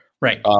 right